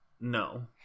no